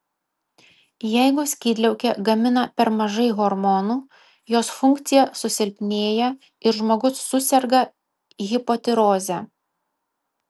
jeigu skydliaukė gamina per mažai hormonų jos funkcija susilpnėja ir žmogus suserga hipotiroze